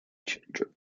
children